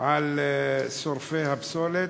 על שורפי הפסולת?